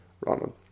Ronald